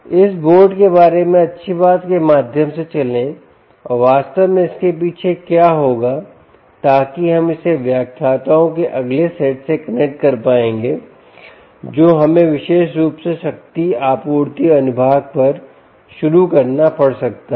इस बोर्ड के बारे में अच्छी बात के माध्यम से चलें और वास्तव में इसके पीछे क्या होगा ताकि हम इसे व्याख्याताओं के अगले सेट से कनेक्ट कर पाएंगे जो हमें विशेष रूप से शक्ति आपूर्ति अनुभाग पर शुरू करना पड़ सकता है